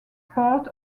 part